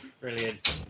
Brilliant